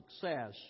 success